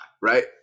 right